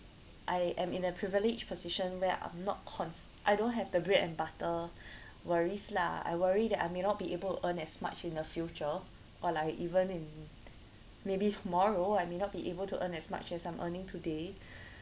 I am in a privileged position where I'm not conce~ I don't have the bread and butter worries lah I worry that I may not be able to earn as much in the future or like even in maybe tomorrow I may not be able to earn as much as I'm earning today